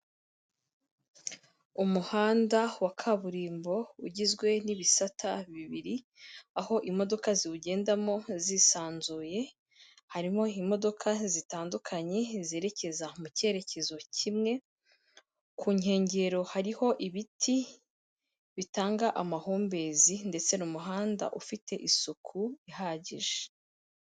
Umuhanda wa kaburimbo ugizwe n'ibisata bibiri, aho imodoka ziwugendamo zisanzuye, harimo imodoka zitandukanye zerekeza mu cyerekezo kimwe, ku nkengero hariho ibiti bitanga amahumbezi ndetse ni umuhanda ufite isuku ihagije.